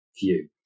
view